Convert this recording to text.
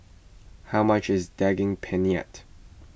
how much is Daging Penyet